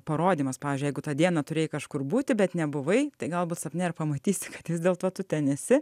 parodymas pavyzdžiui jeigu tą dieną turėjai kažkur būti bet nebuvai tai galbūt sapne ir pamatysi kad vis dėl to tu ten esi